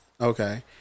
Okay